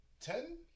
ten